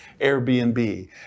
Airbnb